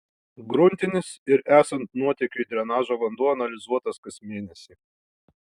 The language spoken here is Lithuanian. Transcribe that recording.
gruntinis ir esant nuotėkiui drenažo vanduo analizuotas kas mėnesį